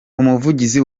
umuvugizi